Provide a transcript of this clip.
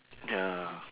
ya